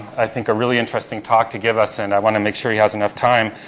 i think, a really interesting talk to give us, and i wanna make sure he has enough time,